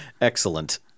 Excellent